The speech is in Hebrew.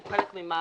הוא חלק ממערך